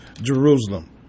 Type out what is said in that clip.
Jerusalem